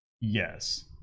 Yes